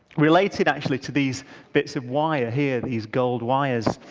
related actually to these bits of wire here these gold wires.